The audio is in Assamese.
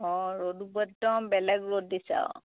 অঁ ৰ'দো বৰ একদম বেলেগ ৰ'দ দিছে আৰু